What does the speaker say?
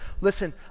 Listen